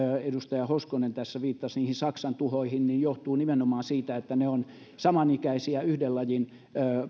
edustaja hoskonen tässä viittasi niihin saksan tuhoihin ja ne johtuvat nimenomaan siitä että ne ovat samanikäisiä yhden lajin